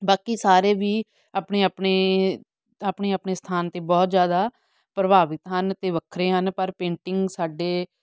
ਬਾਕੀ ਸਾਰੇ ਵੀ ਆਪਣੇ ਆਪਣੇ ਆਪਣੇ ਆਪਣੇ ਸਥਾਨ 'ਤੇ ਬਹੁਤ ਜ਼ਿਆਦਾ ਪ੍ਰਭਾਵਿਤ ਹਨ ਅਤੇ ਵੱਖਰੇ ਹਨ ਪਰ ਪੇਂਟਿੰਗ ਸਾਡੇ